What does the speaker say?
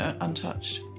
untouched